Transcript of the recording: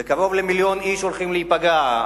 קרוב למיליון איש הולכים להיפגע.